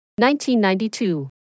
1992